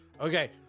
Okay